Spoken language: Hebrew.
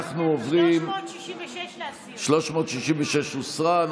366 הוסרה.